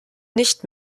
nicht